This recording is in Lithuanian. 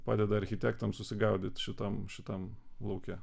padeda architektam susigaudyt šitam šitam lauke